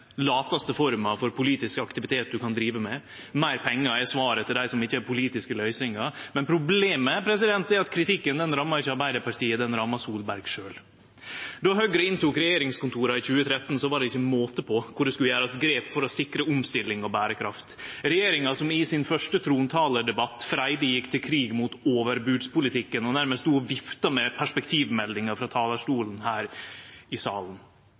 lataste forma for politisk aktivitet ein kan drive med, meir pengar er svaret til dei som ikkje har politiske løysingar. Men problemet er at kritikken ikkje rammar Arbeidarpartiet; han rammar Solberg sjølv. Då Høgre overtok regjeringskontora i 2013, var det ikkje måte på kor mange grep som skulle gjerast for å sikre omstilling og berekraft – ei regjering som i sin første trontaledebatt freidig gjekk til krig mot overbodspolitikken og nærmast stod og vifta med perspektivmeldinga frå talarstolen her i salen.